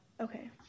okay